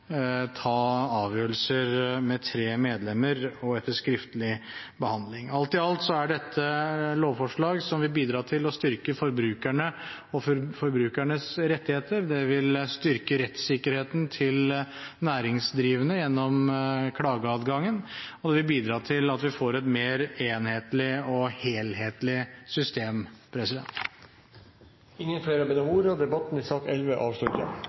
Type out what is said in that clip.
ta avgjørelser med tre medlemmer og etter skriftlig behandling. Alt i alt er dette lovforslag som vil bidra til å styrke forbrukerne og forbrukernes rettigheter. Det vil styrke rettssikkerheten til næringsdrivende gjennom klageadgangen, og det vil bidra til at vi får et mer enhetlig og helhetlig system. Flere har ikke bedt om ordet til sak nr. 11. Under debatten er det satt fram i